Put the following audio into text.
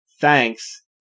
thanks